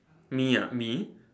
me ah me